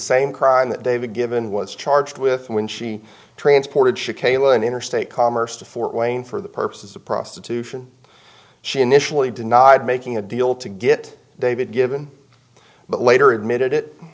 same crime that david given was charged with when she transported chicane in interstate commerce to fort wayne for the purposes of prostitution she initially denied making a deal to get david given but later admitted it